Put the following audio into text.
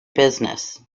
business